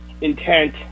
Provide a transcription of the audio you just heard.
intent